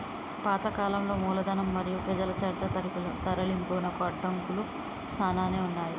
పాత కాలంలో మూలధనం మరియు పెజల చర్చ తరలింపునకు అడంకులు సానానే ఉన్నాయి